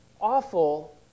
awful